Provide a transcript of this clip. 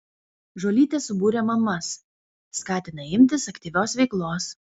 žuolytė subūrė mamas skatina imtis aktyvios veiklos